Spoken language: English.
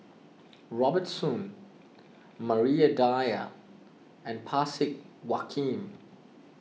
Robert Soon Maria Dyer and Parsick